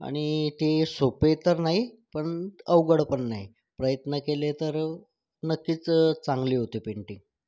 आणि ती सोपी तर नाही पण अवघड पण नाही प्रयत्न केले तर नक्कीच चांगली होते पेन्टिंग